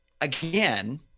again